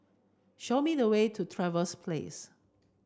show me the way to Trevose Place